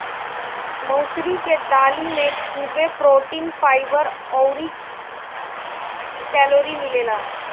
मसूरी के दाली में खुबे प्रोटीन, फाइबर अउरी कैलोरी मिलेला